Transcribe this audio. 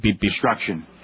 Destruction